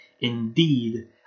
indeed